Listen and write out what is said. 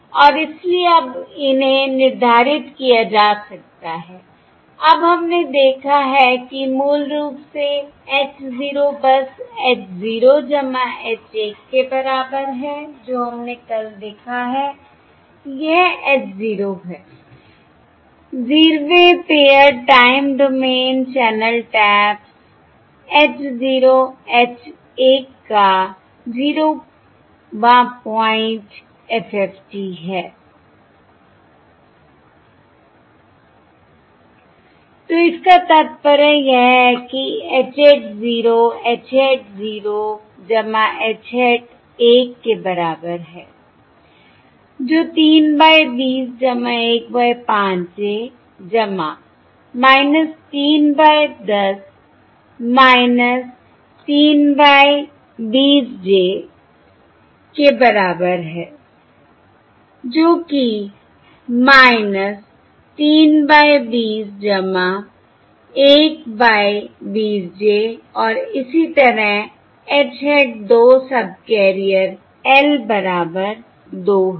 और इसलिए अब इन्हें निर्धारित किया जा सकता है अब हमने देखा है कि मूल रूप से H 0 बस h 0 h 1 के बराबर है जो हमने कल देखा है यह H 0 है 0वें paired time domain channel taps h 0 h 1 का 0वां पॉइंट FFT है I तो इसका तात्पर्य यह है कि H hat 0 h hat 0 h hat 1 के बराबर है जो 3 by 20 1 by 5 j 3 by 10 3 by 20 j के बराबर है जो कि 3 बाय 20 1 बाय 20 j और इसी तरह H hat 2 सबकेरियर l बराबर 2 है